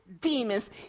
demons